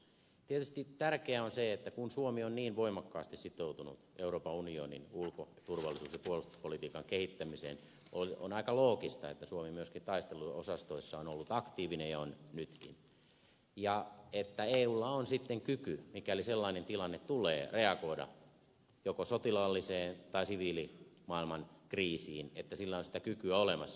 tietysti tärkeää on se että kun suomi on niin voimakkaasti sitoutunut euroopan unionin ulko turvallisuus ja puolustuspolitiikan kehittämiseen on aika loogista että suomi myöskin taisteluosastoissa on ollut aktiivinen ja on nytkin ja että eulla on sitten kyky mikäli sellainen tilanne tulee reagoida joko sotilaalliseen tai siviilimaailman kriisiin että sillä on sitä kykyä olemassa